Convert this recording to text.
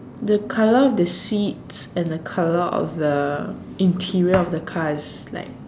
the colour of the seats and the colour of the interior of the car is like